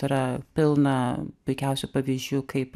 yra pilna puikiausių pavyzdžių kaip